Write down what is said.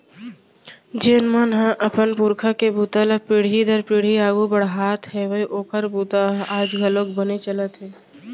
जेन मन ह अपन पूरखा के बूता ल पीढ़ी दर पीढ़ी आघू बड़हात हेवय ओखर बूता ह आज घलोक बने चलत हे